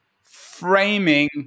framing